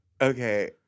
Okay